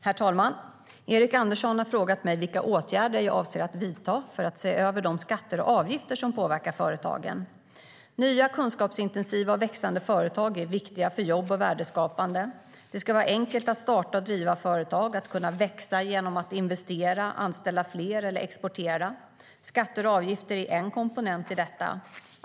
Herr talman! Erik Andersson har frågat mig vilka åtgärder jag avser att vidta för att se över de skatter och avgifter som påverkar företagen. Nya, kunskapsintensiva och växande företag är viktiga för jobb och värdeskapande. Det ska vara enkelt att starta och driva företag, att kunna växa genom att investera, anställa fler eller exportera. Skatter och avgifter är en komponent i detta.